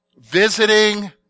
visiting